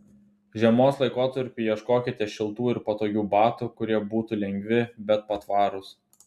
žiemos laikotarpiui ieškokite šiltų ir patogių batų kurie būtų lengvi bet patvarūs